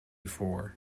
four